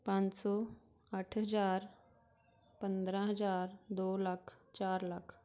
ਪੰਜ ਸੌ ਅੱਠ ਹਜ਼ਾਰ ਪੰਦਰਾਂ ਹਜ਼ਾਰ ਦੋ ਲੱਖ ਚਾਰ ਲੱਖ